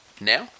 now